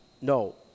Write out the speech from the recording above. No